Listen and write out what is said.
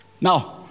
Now